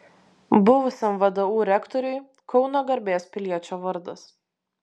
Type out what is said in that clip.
buvusiam vdu rektoriui kauno garbės piliečio vardas